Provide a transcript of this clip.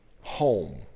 home